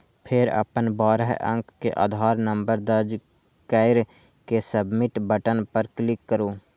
फेर अपन बारह अंक के आधार नंबर दर्ज कैर के सबमिट बटन पर क्लिक करू